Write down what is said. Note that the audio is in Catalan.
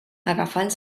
agafant